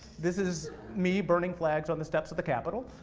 this is me burning flags on the steps of the capital.